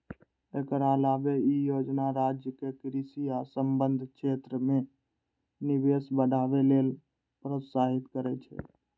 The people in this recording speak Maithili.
एकर अलावे ई योजना राज्य कें कृषि आ संबद्ध क्षेत्र मे निवेश बढ़ावे लेल प्रोत्साहित करै छै